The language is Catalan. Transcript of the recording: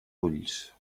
ulls